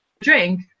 drink